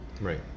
Right